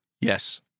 Yes